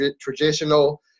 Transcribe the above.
traditional